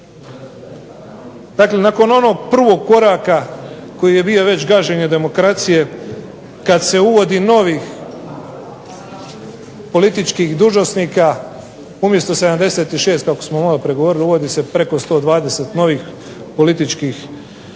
Dakle nakon onog prvog koraka koji je bio već gaženje demokracije kad se uvodi novih političkih dužnosnika, umjesto 76 kako smo maloprije govorili uvodi se preko 120 novih političkih podobnika